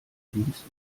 dienst